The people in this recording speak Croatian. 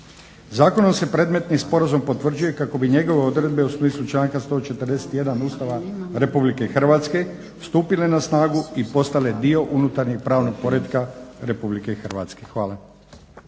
Zakonom se predmetni sporazum potvrđuje kako bi njegove odredbe u smislu članka 141. Ustava Republike Hrvatske stupile na snagu i postale dio unutarnjeg pravnog poretka Republike Hrvatske. Hvala.